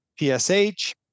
PSH